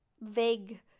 vague